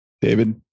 david